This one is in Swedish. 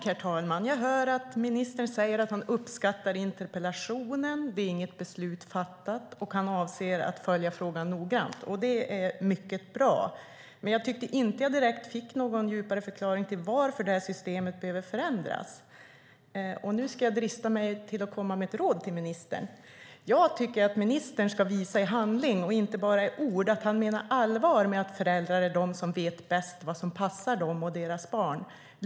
Herr talman! Jag hör att ministern säger att han uppskattar interpellationen, att inget beslut är fattat och att han avser att följa frågan noggrant. Det är mycket bra. Men jag tycker inte att jag fick någon djupare förklaring till varför det här systemet behöver förändras. Nu ska jag drista mig till att komma med ett råd till ministern. Jag tycker att ministern ska visa i handling och inte bara i ord att han menar allvar med att föräldrar vet bäst vad som passar dem och deras barn.